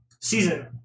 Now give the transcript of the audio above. season